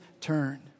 turn